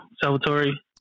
Salvatore